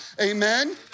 amen